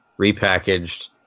repackaged